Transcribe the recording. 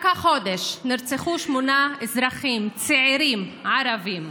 רק החודש נרצחו שמונה אזרחים צעירים ערבים.